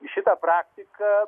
šita praktika